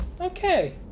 Okay